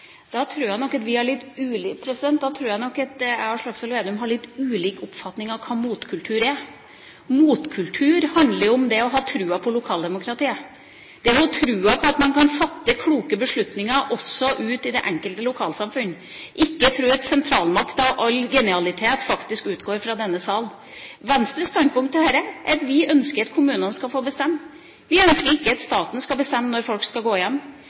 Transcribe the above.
Da tror jeg nok at jeg og Slagsvold Vedum har litt ulik oppfatning av hva motkultur er. Motkultur handler jo om det å ha troen på lokaldemokratiet, troen på at man kan fatte kloke beslutninger også ute i det enkelte lokalsamfunn, og ikke tro at sentralmakten og all genialitet faktisk utgår fra denne sal. Venstres standpunkt til dette er at vi ønsker at kommunene skal få bestemme. Vi ønsker ikke at staten skal bestemme når folk skal gå hjem.